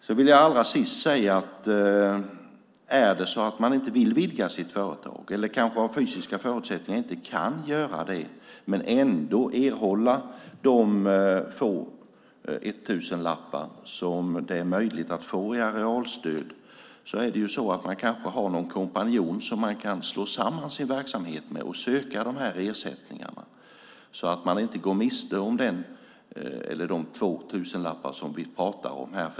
Jag vill allra sist säga att om det är så att man inte vill vidga sitt företag eller inte har fysiska förutsättningar att göra det men ändå vill erhålla de få tusenlappar som det är möjligt att få i arealstöd kanske man har någon kompanjon som man kan slå samman sin verksamhet med. Då kan man söka de här ersättningarna och behöver inte gå miste om de två tusenlappar som vi pratar om här.